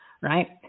right